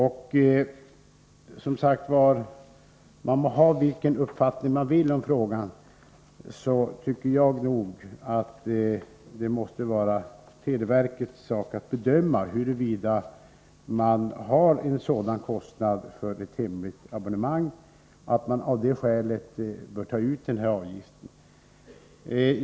Man må, som sagt, ha vilken uppfattning man vill om frågan, men jag tycker att det måste vara televerkets sak att bedöma huruvida man har en sådan kostnad för ett hemligt abonnemang att man av det skälet bör ta ut den här avgiften.